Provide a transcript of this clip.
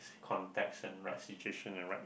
context and right situation and right